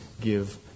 give